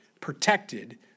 protected